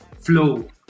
flow